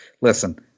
listen